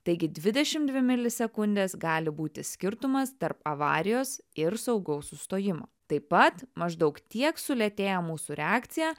taigi dvidešimt dvi milisekundės gali būti skirtumas tarp avarijos ir saugaus sustojimo taip pat maždaug tiek sulėtėja mūsų reakcija